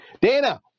Dana